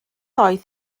oedd